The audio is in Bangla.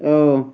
ও